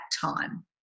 time